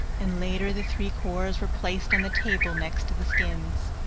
and later the three cores were placed on the table next to the skins.